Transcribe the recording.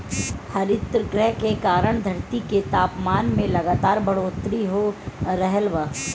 हरितगृह के कारण धरती के तापमान में लगातार बढ़ोतरी हो रहल बा